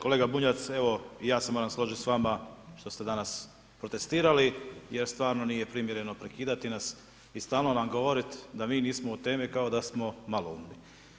Kolega Bunjac evo i ja se moram složiti s vama što ste danas protestirati, jer stvarno nije primjereno prekidati nas i stalno nam govorit da mi nismo u temi kao da smo maloumni.